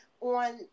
on